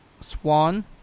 Swan